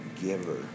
giver